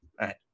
right